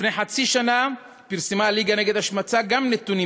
לפני חצי שנה פרסמה גם הליגה נגד השמצה נתונים